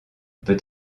peut